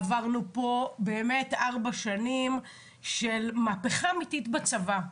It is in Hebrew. עברנו פה ארבע שנים של מהפכה אמיתית בצבא.